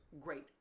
great